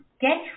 get